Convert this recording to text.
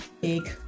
big